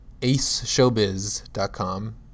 aceshowbiz.com